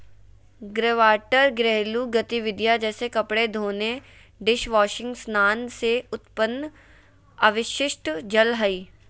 greywater घरेलू गतिविधिय जैसे कपड़े धोने, डिशवाशिंग स्नान से उत्पन्न अपशिष्ट जल हइ